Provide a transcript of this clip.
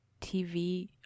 tv